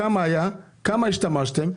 כמה היה, כמה השתמשתם.